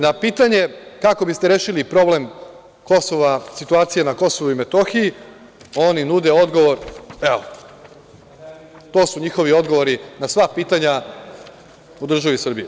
Na pitanje - kako biste rešili problem situacije na KiM, oni nude odgovor evo, to su njihovi odgovori na sva pitanja u državi Srbiji.